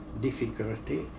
difficulty